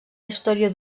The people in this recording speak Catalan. història